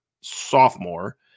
sophomore